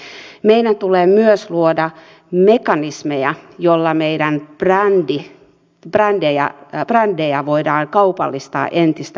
meidän tulee myös luoda mekanismeja joilla meidän brändejämme voidaan kaupallistaa entistä laajemmin